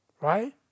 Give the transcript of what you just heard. Right